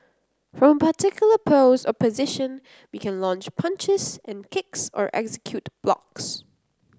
from a particular pose or position we can launch punches and kicks or execute blocks